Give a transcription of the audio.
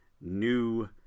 New